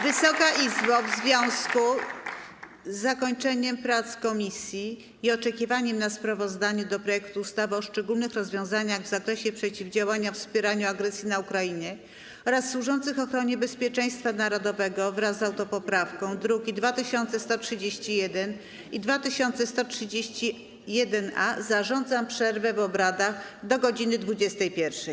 Wysoka Izbo, w związku z zakończeniem prac komisji i oczekiwaniem na sprawozdanie o projekcie ustawy o szczególnych rozwiązaniach w zakresie przeciwdziałania wspieraniu agresji na Ukrainie oraz służących ochronie bezpieczeństwa narodowego, wraz z autopoprawką, druki nr 2131 i 2131-A, zarządzam przerwę w obradach do godz. 21.